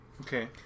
Okay